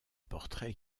portraits